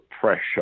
pressure